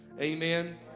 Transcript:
Amen